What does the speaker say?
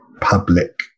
public